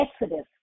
exodus